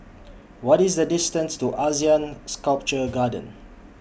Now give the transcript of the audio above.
What IS The distance to Asean Sculpture Garden